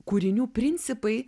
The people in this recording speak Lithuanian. kūrinių principai